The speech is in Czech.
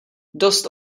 dost